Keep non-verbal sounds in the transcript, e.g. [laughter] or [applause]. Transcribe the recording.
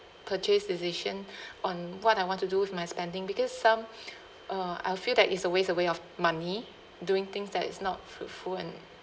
purchase decision [breath] on what I want to do with my spending because some [breath] uh I feel that it's a waste away of money doing things that is not fruitful and